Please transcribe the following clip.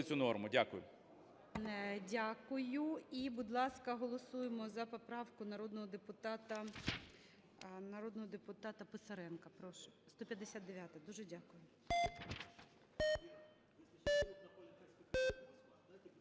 цю норму. Дякую. ГОЛОВУЮЧИЙ. Дякую. І, будь ласка, голосуємо за поправку народного депутата Писаренка, прошу. 159-а. Дуже дякую.